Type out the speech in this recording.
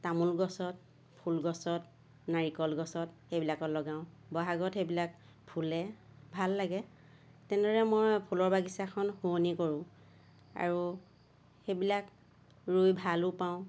তামোল গছত ফুল গছত নাৰিকল গছত সেইবিলাকত লগাওঁ বহাগত সেইবিলাক ফুলে ভাল লাগে তেনেদৰে মই ফুলৰ বাগিছাখন শুৱনি কৰোঁ আৰু সেইবিলাক ৰুই ভালোঁ পাওঁ